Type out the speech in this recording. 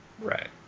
Right